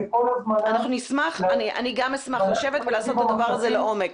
גם אני אשמח לשבת ולעשות את הדבר הזה לעומק.